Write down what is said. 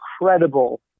incredible